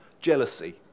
Jealousy